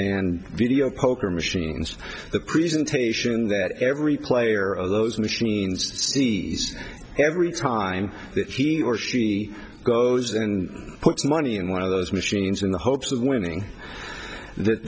and video poker machines the presentation that every player of those machines every time he or she goes and puts money in one of those machines in the hopes of winning